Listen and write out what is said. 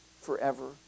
forever